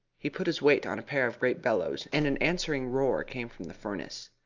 he put his weight on a pair of great bellows, and an answering roar came from the furnace.